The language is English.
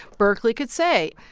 berkeley could say,